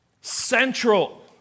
central